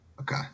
Okay